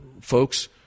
folks